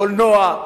קולנוע,